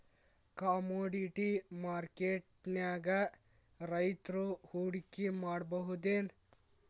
Commodity ಮಾರ್ಕೆಟ್ನ್ಯಾಗ್ ರೈತ್ರು ಹೂಡ್ಕಿ ಮಾಡ್ಬಹುದೇನ್?